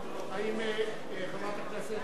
חברת הכנסת